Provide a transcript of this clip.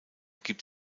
gibt